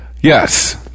Yes